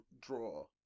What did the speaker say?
draw